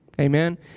Amen